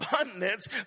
abundance